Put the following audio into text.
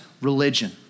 religion